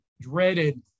dreaded